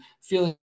feeling